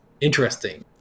interesting